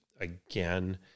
again